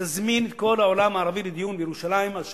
תזמין את כל העולם הערבי לדיון בירושלים על שלום,